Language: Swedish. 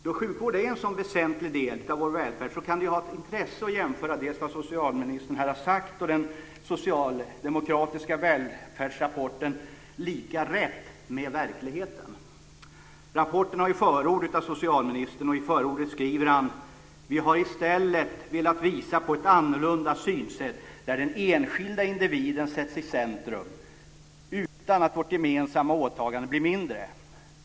Då sjukvård är en sådan väsentlig del av vår välfärd kan det ha ett intresse att jämföra det som socialministern har sagt och den socialdemokratiska välfärdsrapporten "Lika rätt" med verkligheten. Rapporten har förord av socialministern, och i förordet skriver han: "Vi har i stället velat visa på ett annorlunda synsätt där den enskilda individen sätts i centrum utan att vårt gemensamma åtagande blir mindre."